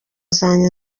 zanjye